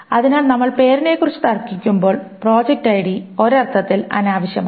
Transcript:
അതിനാൽ നമ്മൾ പേരിനെക്കുറിച്ച് തർക്കിക്കുമ്പോൾ പ്രോജക്റ്റ് ഐഡി ഒരർത്ഥത്തിൽ അനാവശ്യമാണ്